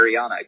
Ariana